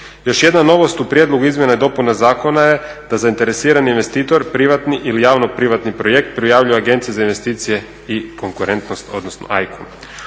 Još jedna novost u prijedlogu izmjena i dopuna zakona je da zainteresirani investitor privatni ili javno-privatni projekt prijavljuje Agenciji za investicije i konkurentnost odnosno AIK-u.